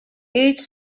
each